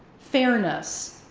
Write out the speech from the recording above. fairness,